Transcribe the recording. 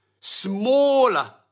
smaller